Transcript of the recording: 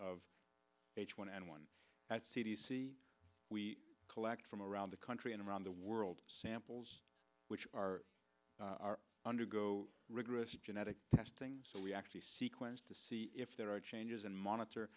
of h one n one at c d c we collect from around the country and around the world samples which are our undergo rigorous genetic testing so we actually sequence to see if there are changes and monitor